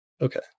Okay